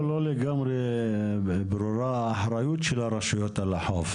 לא לגמרי ברורה האחריות של הרשויות על החוף,